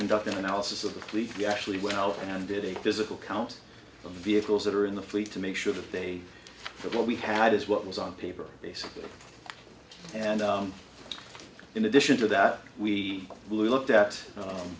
conduct an analysis of the fleet we actually went out and did a physical count of vehicles that are in the fleet to make sure to pay for what we had is what was on paper basically and in addition to that we looked at